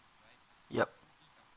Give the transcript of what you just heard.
yup